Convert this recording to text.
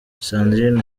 sandrine